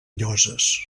lloses